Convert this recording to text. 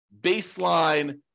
baseline